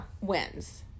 wins